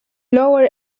lower